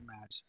match